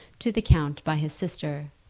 to the count by his sister.